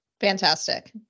Fantastic